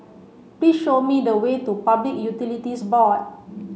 please show me the way to Public Utilities Board